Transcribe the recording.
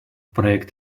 проект